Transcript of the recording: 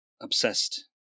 obsessed